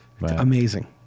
Amazing